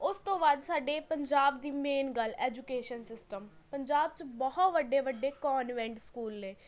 ਓਸ ਤੋਂ ਬਾਅਦ ਸਾਡੇ ਪੰਜਾਬ ਦੀ ਮੇਨ ਗੱਲ ਐਜੂਕੇਸ਼ਨ ਸਿਸਟਮ ਪੰਜਾਬ 'ਚ ਬਹੁਤ ਵੱਡੇ ਵੱਡੇ ਕੌਨਵੈਂਟ ਸਕੂਲ ਨੇ